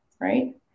right